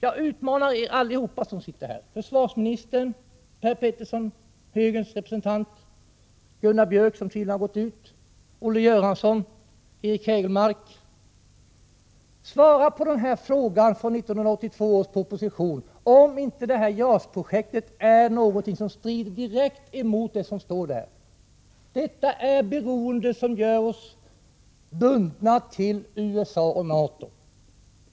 Jag utmanar er alla som sitter här: Försvarsministern, Per Petersson, högerns representant, Gunnar Björk i Gävle, som tydligen har gått ut, Olle Göransson, Eric Hägelmark. Svara på frågan om inte JAS-projektet är någonting som strider direkt mot vad som står i 1982 års proposition. JAS-projektet innebär ett beroende som gör oss bundna till USA och NATO.